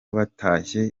batashye